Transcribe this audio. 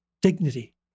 dignity